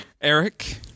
Eric